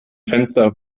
fenster